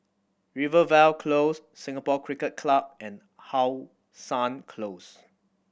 Rivervale Close Singapore Cricket Club and How Sun Close